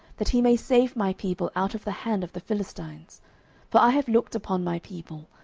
that he may save my people out of the hand of the philistines for i have looked upon my people,